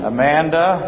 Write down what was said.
Amanda